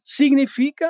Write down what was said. significa